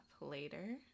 later